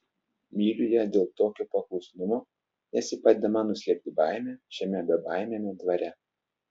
myliu ją dėl tokio paklusnumo nes ji padeda man nuslėpti baimę šiame bebaimiame dvare